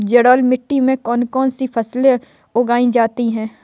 जलोढ़ मिट्टी में कौन कौन सी फसलें उगाई जाती हैं?